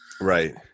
Right